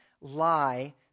lie